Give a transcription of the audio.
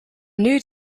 new